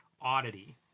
oddity